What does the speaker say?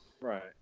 Right